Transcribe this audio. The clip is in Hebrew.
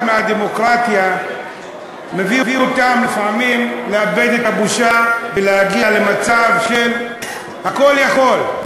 מהדמוקרטיה מביא אותם לפעמים לאבד את הבושה ולהגיע למצב של הכול-יכול.